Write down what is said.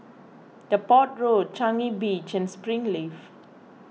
Depot Road Changi Beach and Springleaf